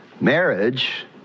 Marriage